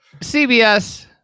CBS